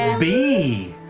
and be?